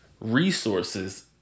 resources